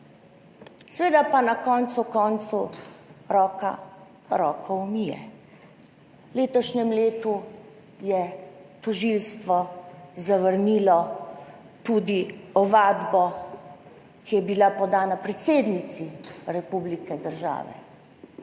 Seveda pa na koncu koncev roka roko umije. V letošnjem letu je tožilstvo zavrnilo tudi ovadbo, ki je bila podana predsednici republike, države,